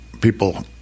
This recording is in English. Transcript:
people